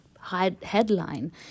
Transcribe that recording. headline